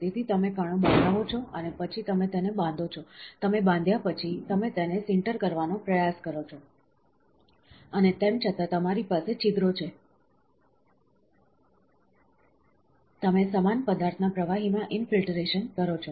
તેથી તમે કણો બનાવો છો અને પછી તમે તેને બાંધો છો તમે બાંધ્યા પછી તમે તેને સિન્ટર કરવાનો પ્રયાસ કરો છો અને તેમ છતાં તમારી પાસે છિદ્રો છે તમે સમાન પદાર્થના પ્રવાહીમાં ઈન ફિલ્ટરેશન કરો છો